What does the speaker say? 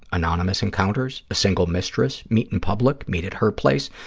anonymous encounters, a single mistress, meet in public, meet at her place?